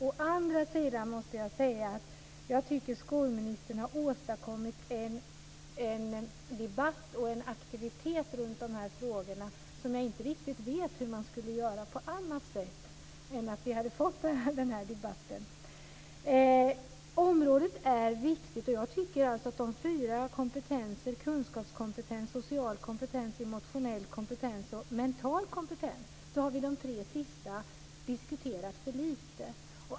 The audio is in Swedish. Å andra sidan måste jag säga att jag tycker att skolministern har åstadkommit en debatt och en aktivitet runt dessa frågor som jag inte riktigt vet hur man skulle ha åstadkommit på annat sätt än genom den debatt som vi har fått. Området är viktigt, och jag tycker att av de fyra kompetenserna - kunskapskompetens, social kompetens, emotionell kompetens och mental kompetens - har vi diskuterat de tre sistnämnda för lite.